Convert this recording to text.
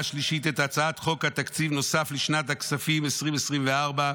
השלישית את הצעת חוק תקציב נוסף לשנת הכספים 2024 (מס'